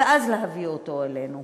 ואז להביא אותו אלינו.